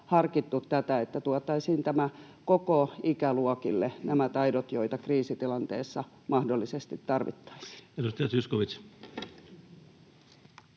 harkittu, että tuotaisiin koko ikäluokille nämä taidot, joita kriisitilanteessa mahdollisesti tarvittaisiin? Edustaja Zyskowicz.